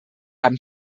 haben